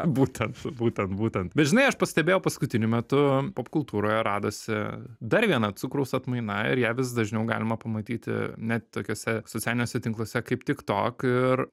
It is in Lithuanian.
būtent būtent būtent bet žinai aš pastebėjau paskutiniu metu popkultūroje radosi dar vieną cukraus atmaina ir ją vis dažniau galima pamatyti net tokiuose socialiniuose tinkluose kaip tiktok ir